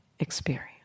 experience